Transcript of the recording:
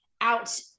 out